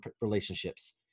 relationships